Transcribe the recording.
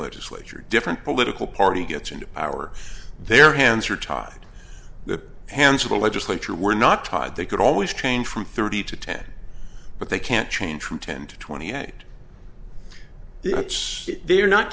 legislature different political party gets into power their hands are tied the hands of the legislature were not tied they could always change from thirty to ten but they can't change from ten to twenty eight units they are not